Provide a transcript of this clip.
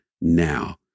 now